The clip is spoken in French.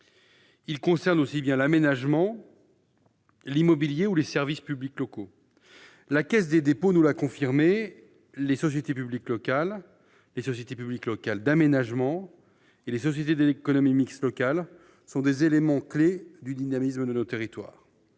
qui concernent aussi bien l'aménagement, l'immobilier ou les services publics locaux. La Caisse des dépôts et consignations nous l'a confirmé : les sociétés publiques locales, les sociétés publiques locales d'aménagement-SPLA-et les sociétés d'économie mixte-SEM-locales sont des éléments clés du dynamisme de nos territoires.